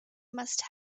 must